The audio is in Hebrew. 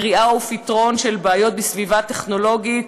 קריאה ופתרון של בעיות בסביבה טכנולוגית,